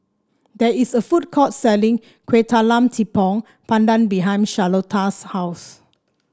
there is a food court selling Kuih Talam Tepong Pandan behind Charlotta's house